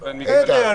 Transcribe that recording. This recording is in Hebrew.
הבדל.